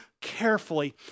carefully